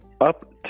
up